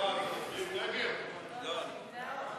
ההצעה להעביר את הצעת חוק למניעת מחלת הכלבת,